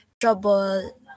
trouble